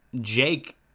Jake